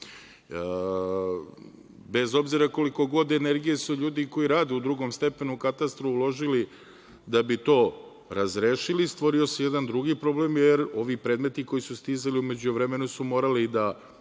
bez obzira koliko god energije su ljudi koji rade u drugom stepenu, u katastru, uložili da bi to razrešili, stvorio se jedan drugi problem, jer ovi predmeti koji su stizali u međuvremenu su morali da